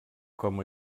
com